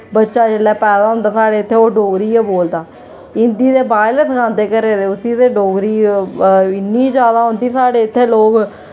बच्चा जेल्लै पैदा होंदा ते साढ़े इत्थै ओह् डोगरी गै बोलदा हिन्दी ते बाद च गै सखांदे घरै दे उसी ते डोगरी इ'न्नी ज्यादा औंदी साढ़े इत्थें लोग